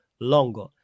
longer